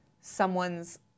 someone's